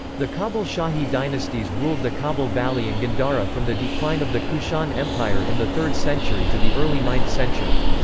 the kabul shahi dynasties ruled the kabul valley and gandhara from the decline of the kushan empire in the third century to the early ninth century.